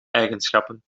eigenschappen